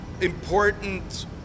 important